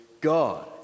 God